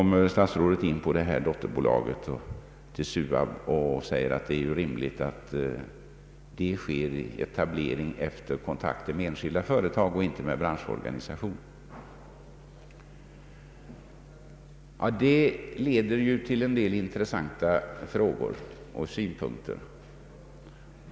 Statsrådet kommer också in på dotterbolaget till SUAB och säger att det är rimligt att det sker en etablering efter kontakter med enskilda företag och inte med branschorganisationer. Detta leder till en del intressanta frågor och synpunkter.